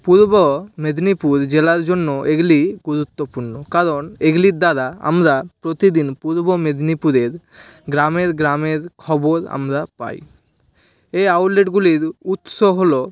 পূর্ব মেদিনীপুর জেলার জন্য এগুলি গুরুত্বপূর্ণ কারণ এগুলির দ্বারা আমরা প্রতিদিন পূর্ব মেদিনীপুরের গ্রামের গ্রামের খবর আমরা পাই এই আউটলেটগুলির উৎস হলো